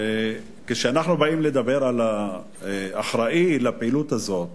שכשאנחנו באים לדבר על האחראי לפעילות הזאת